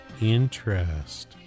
interest